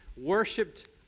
worshipped